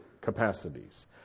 capacities